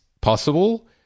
possible